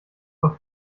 doch